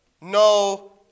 no